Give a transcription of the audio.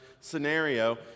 scenario